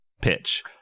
pitch